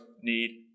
need